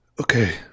Okay